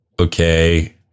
okay